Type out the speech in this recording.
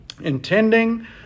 intending